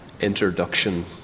introduction